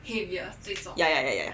ya ya ya ya ya